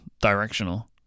directional